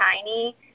tiny